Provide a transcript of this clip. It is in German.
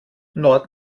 nord